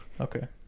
Okay